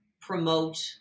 promote